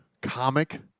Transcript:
comic